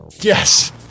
Yes